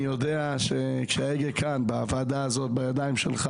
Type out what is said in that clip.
אני יודע שכשההגה בוועדה הזאת בידיים שלך,